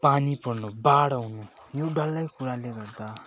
पानी पर्नु बाढ आउनु यो डल्लै कुराले गर्दा